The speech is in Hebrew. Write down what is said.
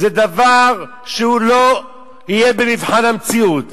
זה דבר שלא יהיה במבחן המציאות.